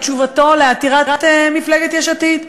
את תשובתו לעתירת מפלגת יש עתיד.